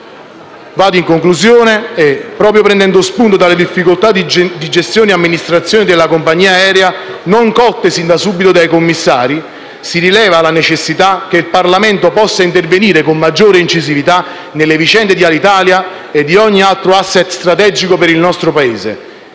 In conclusione, proprio prendendo spunto dalle difficoltà di gestione e amministrazione della compagnia aerea non colte sin da subito dai commissari, si rileva la necessità che il Parlamento possa intervenire con maggiore incisività nelle vicende dell'Alitalia e di ogni altro *asset* strategico per il nostro Paese,